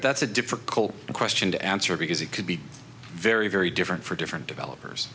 that's a difficult question to answer because it could be very very different for different developers